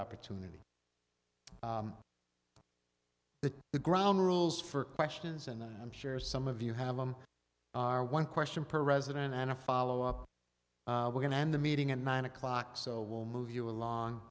opportunity that the ground rules for questions and i'm sure some of you have them are one question per resident and a follow up we're going to end the meeting at nine o'clock so we'll move you along